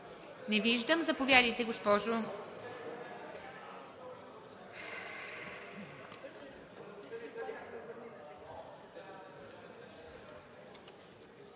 Не виждам. Заповядайте, госпожо.